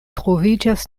troviĝas